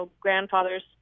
grandfathers